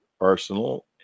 arsenal